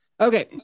Okay